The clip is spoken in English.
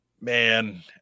man